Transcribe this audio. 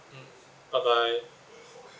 mm bye bye